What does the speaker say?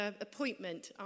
appointment